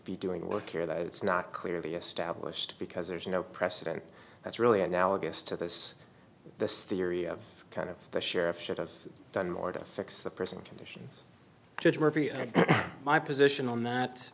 be doing work here that it's not clearly established because there's no precedent that's really analogous to this this theory of kind of the sheriff should have done more to fix the prison conditions judge murphy and my position on that